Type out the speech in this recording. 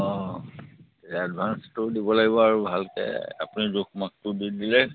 অ এডভাঞ্চটো দিব লাগিব আৰু ভালকৈ আপুনি জোখ মাখটো দি দিলে